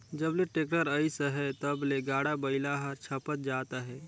जब ले टेक्टर अइस अहे तब ले गाड़ा बइला हर छपत जात अहे